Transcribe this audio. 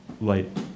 light